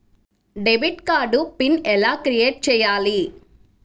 Debit card PIN ఎలా create చెయ్యాలి?